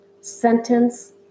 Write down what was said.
Sentence